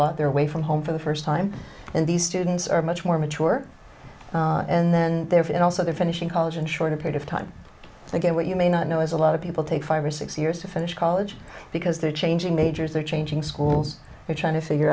lot their way from home for the first time and these students are much more mature and then there and also they're finishing college in short a period of time again what you may not know is a lot of people take five or six years to finish college because they're changing majors they're changing schools they're trying to figure